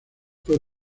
fue